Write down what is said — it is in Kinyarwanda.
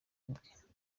ubwe